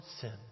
sin